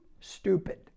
stupid